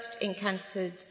encountered